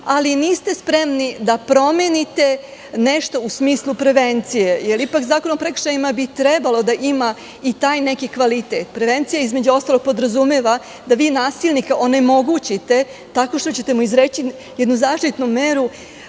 ali niste spremni da promenite nešto u smislu prevencije. Ipak, Zakon o prekršajima bi trebalo da ima i taj neki kvalitet. Prevencija, između ostalog, podrazumeva da vi nasilnika onemogućite tako što ćete mu izreći jednu zaštitnu meru